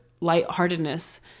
lightheartedness